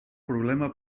problema